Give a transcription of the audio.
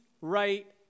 right